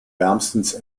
wärmstens